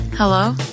hello